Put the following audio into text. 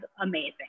amazing